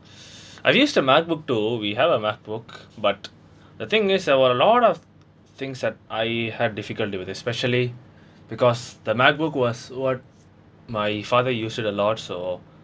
I've used a macbook too we have a macbook but the thing is there were a lot of things that I have difficulty with it especially because the macbook was what my father use it a lot so